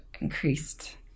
increased